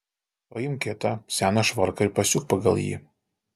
paimk kitą seną švarką ir pasiūk pagal jį